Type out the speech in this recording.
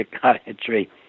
psychiatry